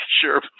sure